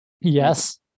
Yes